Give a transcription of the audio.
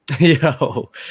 Yo